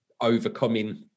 overcoming